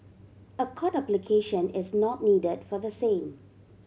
a court application is not needed for the same